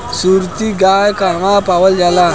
सुरती गाय कहवा पावल जाला?